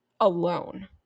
alone